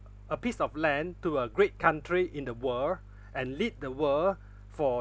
a piece of land to a great country in the world and lead the world for